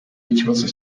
w’ikibazo